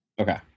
Okay